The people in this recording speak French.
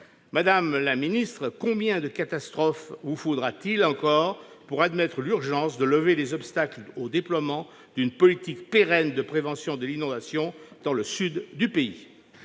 Madame la ministre, combien de catastrophes vous faudra-t-il encore pour admettre l'urgence qu'il y a à lever les obstacles au déploiement d'une politique pérenne de prévention de l'inondation dans le sud du pays ?